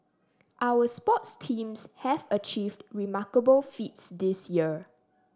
our sports teams have achieved remarkable feats this year